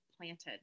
planted